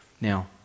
Now